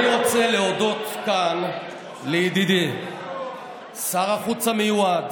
אני רוצה להודות כאן לידידי שר החוץ המיועד